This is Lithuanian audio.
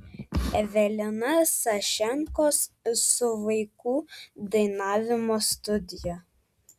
evelina sašenko su vaikų dainavimo studija